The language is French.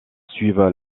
suivent